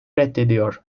reddediyor